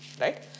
right